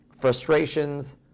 frustrations